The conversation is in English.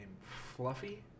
Fluffy